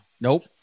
Nope